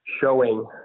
showing